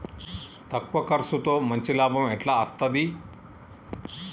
తక్కువ కర్సుతో మంచి లాభం ఎట్ల అస్తది?